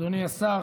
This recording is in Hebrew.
אדוני השר,